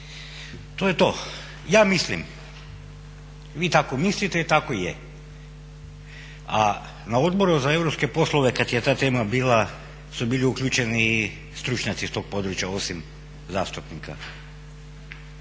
To je to. Ja mislim, vi tako mislite i tako je a na Odboru za europske poslove kada je ta tema bila su bili uključeni i stručnjaci iz tog područja osim zastupnika.